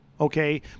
Okay